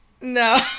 No